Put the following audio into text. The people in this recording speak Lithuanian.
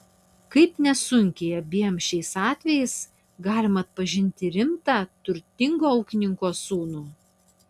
kaip nesunkiai abiem šiais atvejais galima atpažinti rimtą turtingo ūkininko sūnų